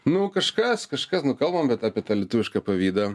nu kažkas kažkas nu kalbant apie apie tą lietuvišką pavydą